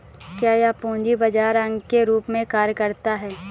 क्या यह पूंजी बाजार के अंग के रूप में कार्य करता है?